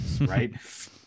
right